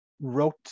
Wrote